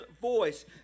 voice